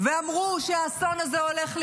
ואמרו שהאסון הזה הולך לקרות.